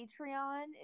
Patreon